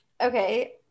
Okay